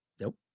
Nope